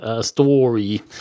story